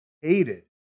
hated